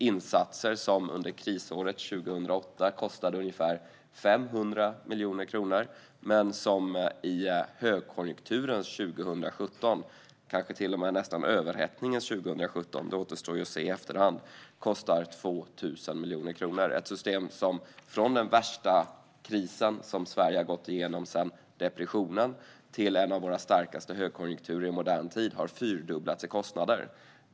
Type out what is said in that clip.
Insatser som under krisåret 2008 kostade ungefär 500 miljoner kronor kostar 2 000 miljoner kronor under högkonjunkturens 2017. Kanske är det till och med överhettningens 2017 - det återstår att se i efterhand. Från den värsta kris som Sverige har gått igenom sedan depressionen till en av våra starkaste högkonjunkturer i modern tid har kostnaderna för detta system fyrdubblats.